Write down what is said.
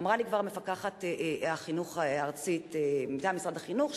אמרה לי כבר מפקחת החינוך הארצית מטעם משרד החינוך,